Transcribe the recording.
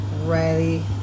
ready